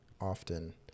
often